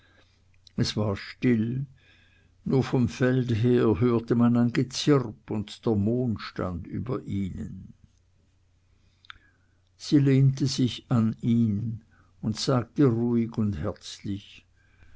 es war still nur vom felde her hörte man ein gezirp und der mond stand über ihnen sie lehnte sich an ihn und sagte ruhig und herzlich